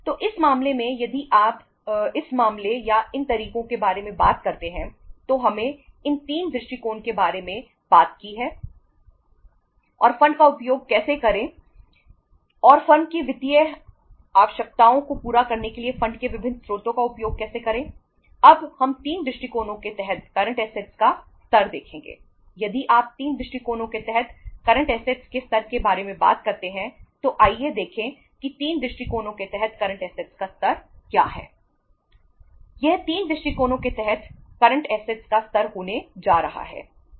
तो इस मामले में यदि आप इस मामले या इन तरीकों के बारे में बात करते हैं तो हमने इन 3 दृष्टिकोण के बारे में बात की है और फंड का उपयोग कैसे करें और फर्म की वित्तीय आवश्यकताओं को पूरा करने के लिए फंड का स्तर क्या है